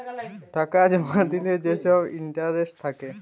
টাকা জমা দিলে যে ছব ইলটারেস্ট থ্যাকে